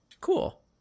Cool